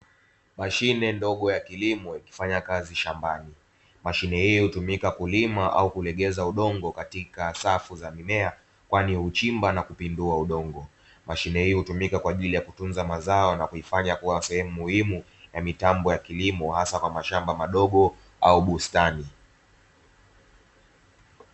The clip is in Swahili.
Mashine ndogo ya kilimo ikifanya kazi shambani. Mashine hii hutumika kulima au kulegeza udongo katika safu za mimea kwani huchimba na kupindua udongo. Mashine hii hutumika kwa ajili ya kutunza mazao na kuifanya kuwa sehemu muhimu ya mitambo ya kilimo hasa kwa mashamba madogo au bustani.